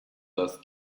das